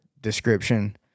description